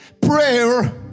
prayer